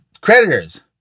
creditors